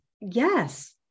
yes